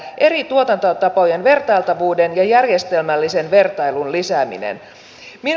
eri tuotantotapojen vertailtavuuden ja järjestelmällisen vertailun lisäämisellä